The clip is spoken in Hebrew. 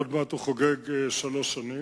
עוד מעט הוא "חוגג" שלוש שנים.